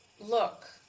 Look